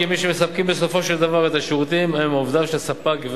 כי מי שמספקים בסופו של דבר את השירותים הם עובדיו של הספק,